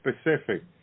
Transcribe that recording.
specific